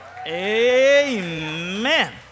amen